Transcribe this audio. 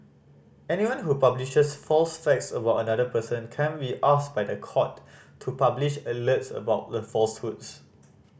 anyone who publishes false facts about another person can be asked by the court to publish alerts about the falsehoods